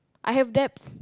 I have debts